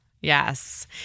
yes